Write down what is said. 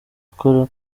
gukora